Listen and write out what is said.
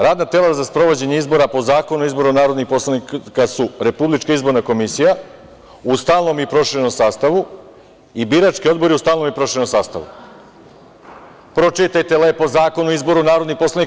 Radna tela za sprovođenje izbora po Zakonu o izboru narodnih poslanika su RIK u stalnom i proširenom sastavu i birački odbori u stalnom i proširenom sastavu Pročitajte lepo Zakon o izboru narodnih poslanika.